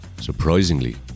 Surprisingly